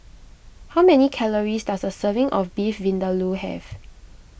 how many calories does a serving of Beef Vindaloo have